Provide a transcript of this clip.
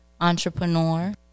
entrepreneur